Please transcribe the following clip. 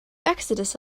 exodus